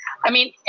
i mean,